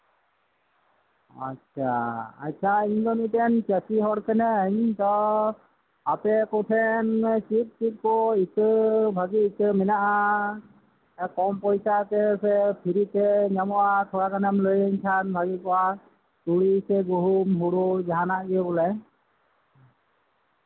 ᱟᱪᱪᱷᱟ ᱤᱧ ᱫᱚ ᱢᱤᱫᱴᱮᱱ ᱪᱟᱹᱥᱤ ᱦᱚᱲ ᱠᱟᱹᱱᱟᱹᱧ ᱟᱯᱮ ᱠᱚᱴᱷᱮᱱ ᱪᱮᱫ ᱪᱮᱫ ᱠᱚ ᱵᱷᱟᱹᱜᱤ ᱤᱛᱟᱹ ᱢᱮᱱᱟᱜᱼᱟ ᱠᱚᱢ ᱯᱚᱭᱥᱟ ᱥᱮ ᱯᱷᱤᱨᱤᱛᱮ ᱧᱟᱢᱚᱜᱼᱟ ᱛᱷᱚᱲᱟ ᱜᱟᱱᱮᱢ ᱞᱟᱹᱭ ᱟᱹᱧ ᱠᱷᱟᱱ ᱵᱷᱟᱹᱜᱤ ᱠᱚᱜᱼᱟ ᱛᱩᱲᱤ ᱤᱛᱟᱹ ᱜᱩᱦᱩᱢ ᱡᱟᱸᱦᱟᱱᱟᱜ ᱜᱮ ᱵᱚᱞᱮ